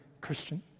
Christian